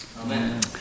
Amen